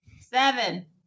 Seven